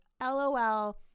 lol